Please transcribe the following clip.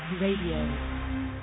Radio